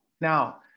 Now